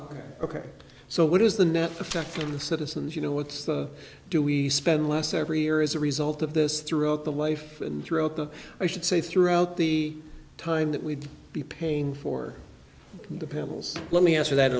us ok so what is the net effect on the citizens you know what's the do we spend less every year as a result of this throughout the life and throughout the i should say throughout the time that we'd be paying for the panels let me answer that